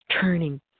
turning